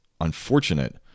unfortunate